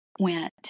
went